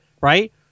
right